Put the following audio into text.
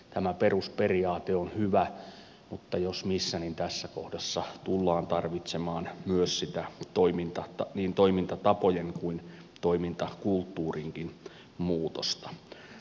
tämä perusperiaate on hyvä että jos missä niin tässä kohdassa tullaan tarvitsemaan myös niin toimintatapojen kuin toimintakulttuurinkin muutosta